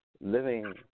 living